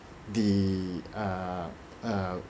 the uh uh